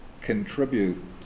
contribute